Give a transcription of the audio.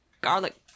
garlic